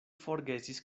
forgesis